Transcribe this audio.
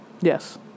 Yes